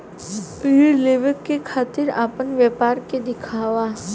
ऋण लेवे के खातिर अपना व्यापार के दिखावा?